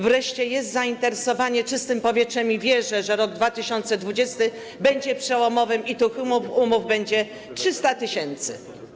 Wreszcie jest zainteresowanie czystym powietrzem i wierzę, że rok 2020 będzie przełomowy i że tych umów będzie 300 tys.